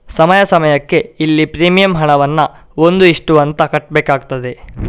ಸಮಯ ಸಮಯಕ್ಕೆ ಇಲ್ಲಿ ಪ್ರೀಮಿಯಂ ಹಣವನ್ನ ಒಂದು ಇಷ್ಟು ಅಂತ ಕಟ್ಬೇಕಾಗ್ತದೆ